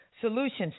solutions